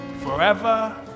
forever